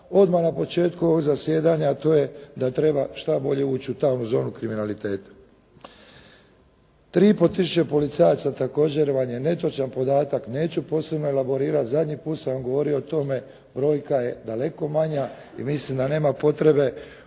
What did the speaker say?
odmah na početku ovoga zasjedanja, to je da treba što bolje ući u tamnu zonu kriminaliteta. 3,5 tisuće policajaca također vam je netočan podatak, neću posebno elaborirati, zadnji put sam vam govorio o tome, brojka je daleko manja, i mislim da nema potreba